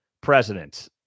president